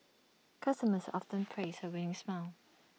customers often praise her winning smile